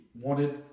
wanted